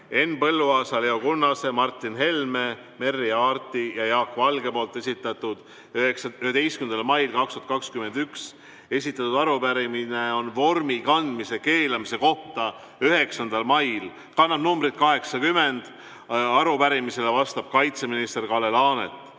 Henn Põlluaasa, Leo Kunnase, Martin Helme, Merry Aarti ja Jaak Valge 11. mail 2021 esitatud arupärimine vormi kandmise keelamise kohta 9. mail. See kannab numbrit 80. Arupärimisele vastab kaitseminister Kalle Laanet.